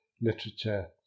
literature